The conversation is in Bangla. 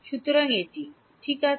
সুতরাং এটি ঠিক আছে